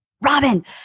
Robin